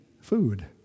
food